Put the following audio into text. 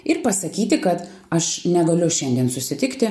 ir pasakyti kad aš negaliu šiandien susitikti